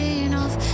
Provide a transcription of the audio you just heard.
enough